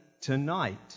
tonight